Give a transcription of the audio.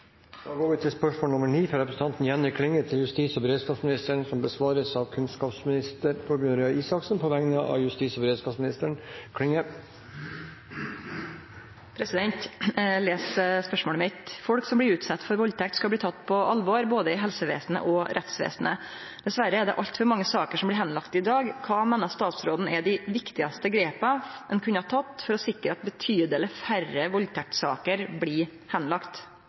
fra representanten Jenny Klinge til justis- og beredskapsministeren, vil bli besvart av kunnskapsministeren på vegne av justis- og beredskapsministeren, som er bortreist. Eg les spørsmålet mitt: «Folk som blir utsette for valdtekt skal bli tatt på alvor, både i helsevesenet og rettsvesenet. Dessverre er det alt for mange saker som blir henlagt i dag. Kva meiner statsråden er dei viktigaste grepa ein kunne tatt for å sikre at betydeleg færre valdtektssaker blir